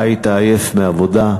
אתה היית עייף מעבודה,